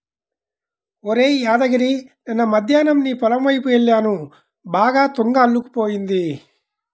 ఒరేయ్ యాదగిరి నిన్న మద్దేన్నం నీ పొలం వైపు యెల్లాను బాగా తుంగ అల్లుకుపోయింది